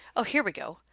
oh, here we go,